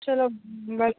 ਚਲੋ ਵੈਲਕਮ